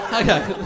Okay